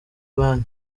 banki